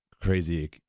crazy